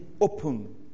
open